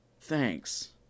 Thanks